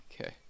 Okay